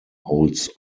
holds